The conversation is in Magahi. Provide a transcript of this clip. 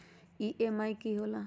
ई.एम.आई की होला?